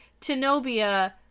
Tenobia